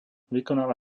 vykonáva